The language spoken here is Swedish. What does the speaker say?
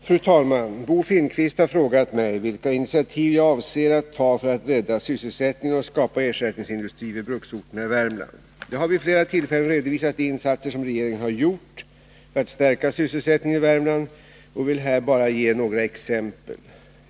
Fru talman! Bo Finnkvist har frågat mig vilka initiativ jag avser att ta för att rädda sysselsättningen och skapa ersättningsindustri på bruksorterna i Värmland. Jag har vid flera tillfällen redovisat de insatser som regeringen har gjort för att stärka sysselsättningen i Värmland och vill här bara ge några exempel.